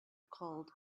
called